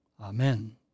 Amen